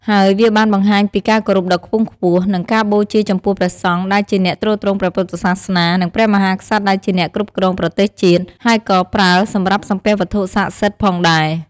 ហើយវាបានបង្ហាញពីការគោរពដ៏ខ្ពង់ខ្ពស់ និងការបូជាចំពោះព្រះសង្ឃដែលជាអ្នកទ្រទ្រង់ព្រះពុទ្ធសាសនា និងព្រះមហាក្សត្រដែលជាអ្នកគ្រប់គ្រងប្រទេសជាតិ ហើយក៏ប្រើសម្រាប់សំពះវត្ថុស័ក្តិសិទ្ធិផងដែរ។